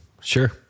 Sure